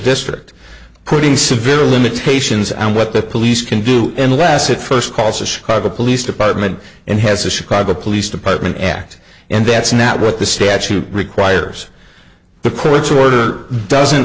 district putting severe limitations on what the police can do unless it first calls the chicago police department and has a chicago police department act and that's not what the statute requires the court's order doesn't